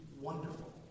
wonderful